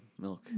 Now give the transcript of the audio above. milk